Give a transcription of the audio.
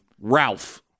Ralph